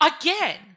Again